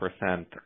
percent